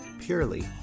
purely